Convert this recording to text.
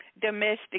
domestic